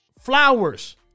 Flowers